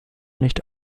nicht